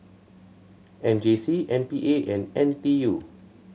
M J C M P A and N T U